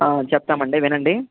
చెప్తామండి వినండి